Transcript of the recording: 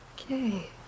Okay